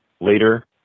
Later